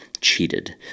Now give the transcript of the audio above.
cheated